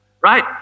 Right